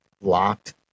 locked